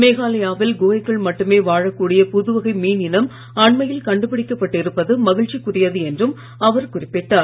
மேகாலயாவில் குகைக்குள் மட்டுமே வாழக்கூடிய புதுவகை மீன் இனம் அண்மையில் கண்டுபிடிக்கப்பட்டு இருப்பது மகிழ்ச்சிக்குரியது என்றும் அவர் குறிப்பிட்டார்